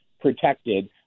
protected